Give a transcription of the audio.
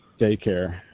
daycare